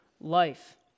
life